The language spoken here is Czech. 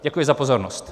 Děkuji za pozornost.